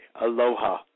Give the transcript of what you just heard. Aloha